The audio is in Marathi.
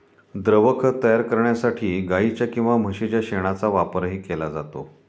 द्रवखत तयार करण्यासाठी गाईच्या किंवा म्हशीच्या शेणाचा वापरही केला जातो